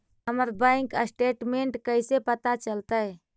हमर bank statement कैसे पता चलतै?